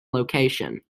location